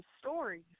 stories